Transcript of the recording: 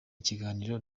ikiganiro